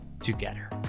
together